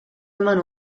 eman